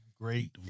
Great